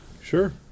Sure